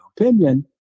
opinion